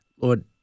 Lord